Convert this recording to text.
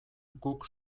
guk